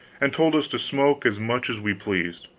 and told us to smoke as much as we pleased,